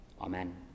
amen